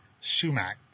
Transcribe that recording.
sumac